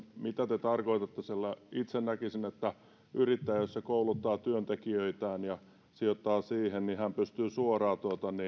mitä te tarkoitatte sillä itse näkisin että yrittäjä jos hän kouluttaa työntekijöitään ja sijoittaa siihen pystyy suoraan